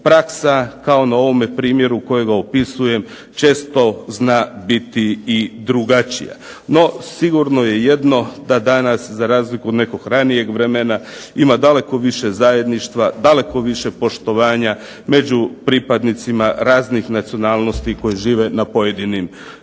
praksa na ovome primjeru kojega opisujem često zna biti i drugačija. NO, sigurno je jedno da danas za razliku od nekog ranijeg vremena, ima daleko više zajedništva, daleko više poštovanja prema pripadnicima raznih nacionalnosti koji žive na pojedinim